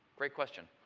great question.